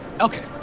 okay